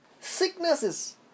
sicknesses